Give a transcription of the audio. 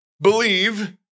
believe